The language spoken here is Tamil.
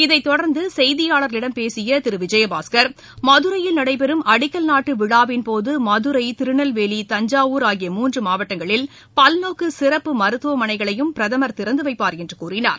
இதைத் தொடர்ந்து செய்தியாளர்களிடம் பேசிய திரு விஜயபாஸ்கர் மதுரையில் நடைபெறும் அடிக்கல் நாட்டு விழாவின்போது மதுரை திருநெல்வேலி தஞ்சாவூர் ஆகிய மூன்று மாவட்டங்களில் பல்நோக்கு சிறப்பு மருத்துவமனைகளையும் பிரதமர் திறந்து வைப்பார் என்று கூறினார்